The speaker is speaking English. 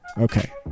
Okay